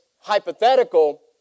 hypothetical